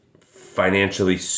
financially